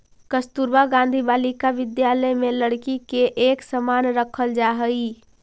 कस्तूरबा गांधी बालिका विद्यालय में लड़की के एक समान रखल जा हइ